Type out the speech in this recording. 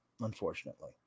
Unfortunately